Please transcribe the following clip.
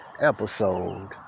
episode